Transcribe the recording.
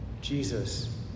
Jesus